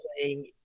playing